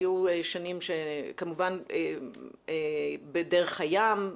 היו שנים שכמובן בדרך הים,